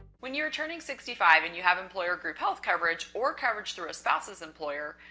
when you are turning sixty five and you have employer group health coverage or coverage through a spouse's employer,